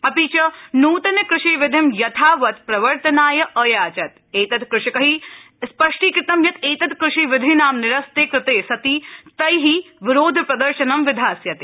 अपि च न्तनकृषिविधिं यथावत् प्रवर्तनाय अयाचत् एतत्कृषकै स्पष्टीकृतं यत् एत्कृषिविधिनां निरस्ते कृते सति तै विरोध प्रदर्शनं विधास्यते